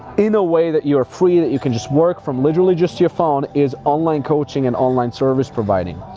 in a way that you are free, that you can just work from literally just your phone, is online coaching and online service providing.